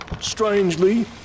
strangely